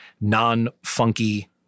non-funky